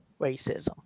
racism